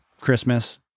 Christmas